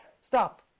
stop